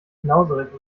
knauserig